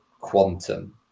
quantum